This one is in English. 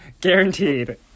guaranteed